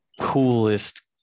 coolest